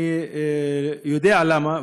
אני יודע למה,